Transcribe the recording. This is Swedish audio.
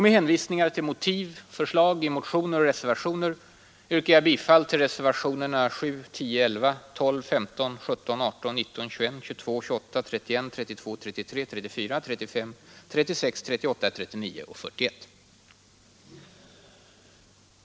Med hänvisningar till motiv och förslag i motioner och reservationer yrkar jag bifall till reservationerna 7, 10, 11, 12, 15, 17, 18,19, 21, 22, 28, 31, 32, 33, 34, 35, 36, 38, 39 och 41.